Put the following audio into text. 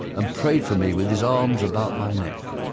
and prayed for me with his arms about my neck.